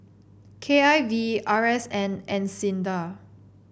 K I V R S N and SINDA